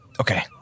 Okay